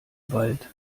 wald